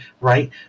right